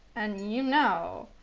and you know